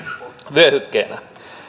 vyöhykkeenä